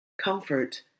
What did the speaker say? comfort